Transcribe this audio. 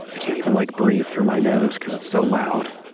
can't even like breathe through my nose because it's so loud